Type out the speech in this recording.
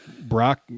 Brock